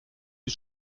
die